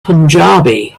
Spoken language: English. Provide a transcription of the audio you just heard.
punjabi